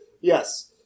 Yes